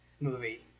movie